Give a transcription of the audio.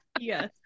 Yes